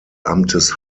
amtes